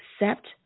accept